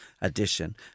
addition